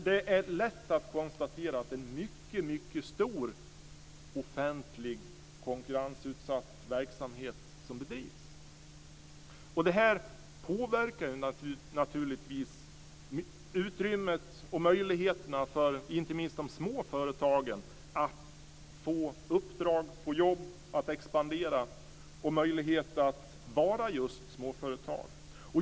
Det är alltså lätt att konstatera att det är en mycket, mycket stor offentlig konkurrensutsatt verksamhet som bedrivs. Detta påverkar naturligtvis utrymmet och möjligheterna för inte minst de små företagen att få uppdrag och jobb och att expandera. Det påverkar också företagens möjlighet att vara just småföretag.